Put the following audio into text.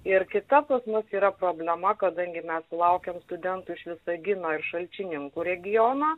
ir kita pas mus yra problema kadangi mes sulaukiam studentų iš visagino ir šalčininkų regiono